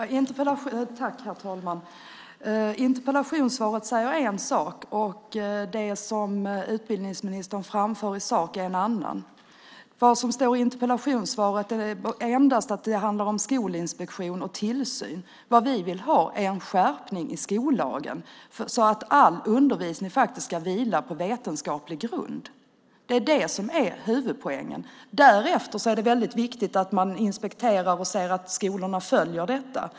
Herr talman! Interpellationssvaret säger en sak, och det utbildningsministern framför i sak är en annan. I interpellationssvaret står endast att det handlar om skolinspektion och tillsyn. Vi vill ha en skärpning i skollagen så att all undervisning ska vila på vetenskaplig grund. Det är huvudpoängen. Därefter är det väldigt viktigt att man inspekterar och ser till att skolorna följer detta.